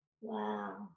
Wow